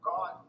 God